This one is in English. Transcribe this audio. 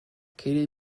katy